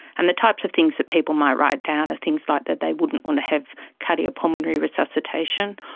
and the types of things that people might write down are things like that they wouldn't want to have cardiopulmonary resuscitation,